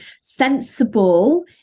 sensible